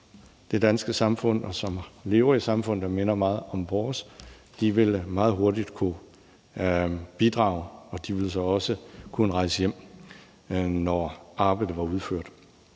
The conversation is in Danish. det danske samfund, og som lever i samfund, der minder meget om vores. De ville meget hurtigt kunne bidrage, og de ville så også kunne rejse hjem, når arbejdet var udført.